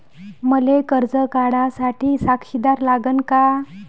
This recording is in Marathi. मले कर्ज काढा साठी साक्षीदार लागन का?